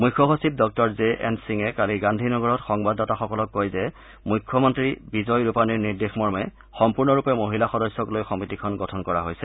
মুখ্য সচিব ডঃ জে এন সিঙে কালি গান্ধীনগৰত সংবাদদাতাসকলক কয় যে মুখ্যমন্ত্ৰী বিজয় ৰূপানীৰ নিৰ্দেশ মৰ্মে সম্পূৰ্ণৰূপে মহিলা সদস্যক লৈ সমিতিখন গঠন কৰা হৈছে